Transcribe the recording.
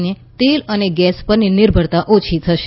ની તેલ અને ગેસ પરની નિર્ભરતા ઓછી થશે